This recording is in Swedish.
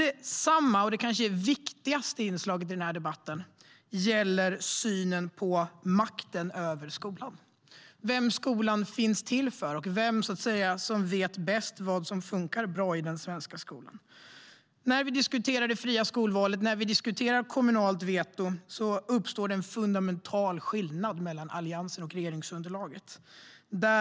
Detsamma, och det kanske viktigaste inslaget i debatten, gäller dock synen på makten över skolan, på vem skolan finns till för och på vem som vet bäst vad som fungerar bra i den svenska skolan. När vi diskuterar det fria skolvalet, när vi diskuterar kommunalt veto, uppstår en fundamental skillnad mellan Alliansen och regeringsunderlaget.